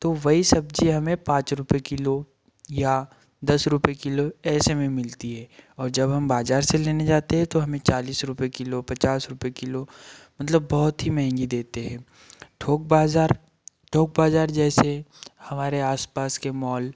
तो वही सब्जी हमें पाँच रुपए किलो या दस रुपए किलो ऐसे में मिलती है और जब हम बाजार से लेने जाते हैं तो हमें चालीस रुपए किलो पचास रुपए किलो मतलब बहुत ही महँगी देते हैं थोक बाजार थोक बाजार जैसे हमारे आसपास के मॉल